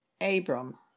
Abram